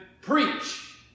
preach